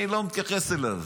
אני לא מתייחס אליו.